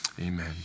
amen